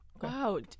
wow